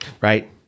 Right